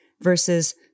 versus